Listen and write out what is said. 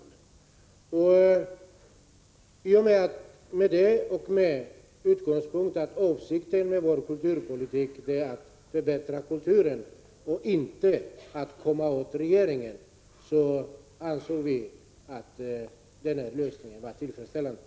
I och med det och med den utgångspunkten att avsikten med vår kulturpolitik är att förbättra kulturen och inte att komma åt regeringen, ansåg vi att den här lösningen var tillfredsställande.